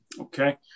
Okay